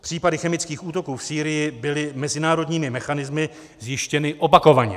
Případy chemických útoků v Sýrii byly mezinárodními mechanismy zjištěny opakovaně.